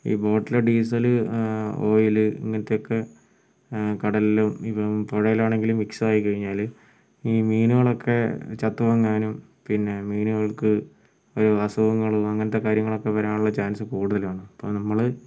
ഈ ബോട്ടിൽ diesel oil ഇങ്ങനത്തെയൊക്കെ കടലിലും ഇപ്പോൾ പുഴയിലാണെങ്കിലും മിക്സ് ആയി കഴിഞ്ഞാൽ ഈ മീനുകളൊക്കെ ചത്ത് പോകുന്നതിനും പിന്നെ മീനുകൾക്ക് ഒരു അസുഖങ്ങളും അങ്ങനത്തെ കാര്യങ്ങളൊക്കെ വരാനുള്ള ചാൻസ് കൂടുതലാണ് അപ്പോൾ നമ്മൾ